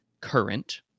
current